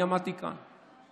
אני עמדתי כאן,